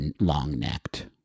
long-necked